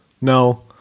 no